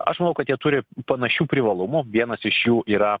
aš manau kad jie turi panašių privalumų vienas iš jų yra